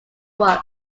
was